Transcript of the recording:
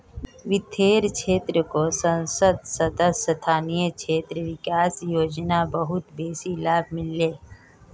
वित्तेर क्षेत्रको संसद सदस्य स्थानीय क्षेत्र विकास योजना बहुत बेसी लाभ मिल ले